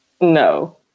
No